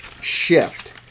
shift